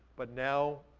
but now,